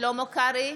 שלמה קרעי,